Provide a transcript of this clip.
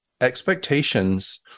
expectations